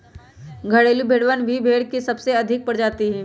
घरेलू भेड़वन भी भेड़ के सबसे अधिक प्रजाति हई